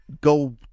Go